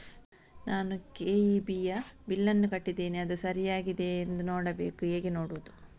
ನಾನು ಕೆ.ಇ.ಬಿ ಯ ಬಿಲ್ಲನ್ನು ಕಟ್ಟಿದ್ದೇನೆ, ಅದು ಸರಿಯಾಗಿದೆಯಾ ಎಂದು ನೋಡಬೇಕು ಹೇಗೆ ನೋಡುವುದು?